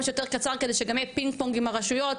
שיותר קצר כדי שגם הפינג פונג עם הרשויות,